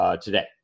Today